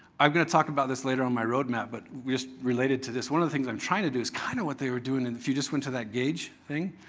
i'm going to talk about this later on my roadmap, but just related to this. one of the things i'm trying to do is kind of what they were doing and if you just went to that gauge thing.